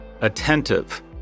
Attentive